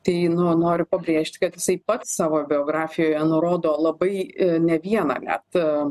tai nu noriu pabrėžti kad jisai pats savo biografijoje nurodo labai ne vieną net